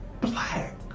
black